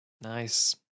Nice